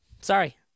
Sorry